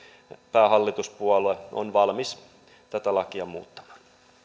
päähallituspuolue on valmis tätä lakia muuttamaan